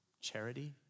charity